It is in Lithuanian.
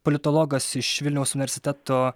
politologas iš vilniaus universiteto